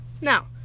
Now